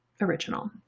original